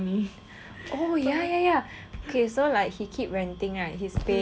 oh ya ya ya okay so like he keep ranting right his pay is like